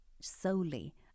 solely